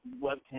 webcam